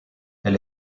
elle